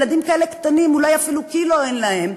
ילדים כאלה קטנים, אולי אפילו קילו אין להם,